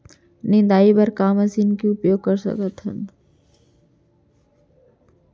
निंदाई बर का मशीन के उपयोग कर सकथन?